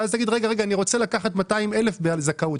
ואז תגיד שאתה רוצה לקחת 200,000 בזכאות,